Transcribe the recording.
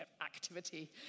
activity